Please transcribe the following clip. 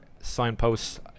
signposts